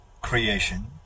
creation